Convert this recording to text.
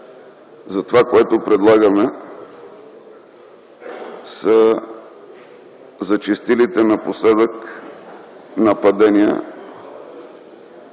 за това, което предлагаме, са зачестилите напоследък нападения